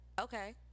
Okay